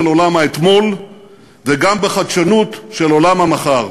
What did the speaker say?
עולם האתמול וגם בחדשנות של עולם המחר.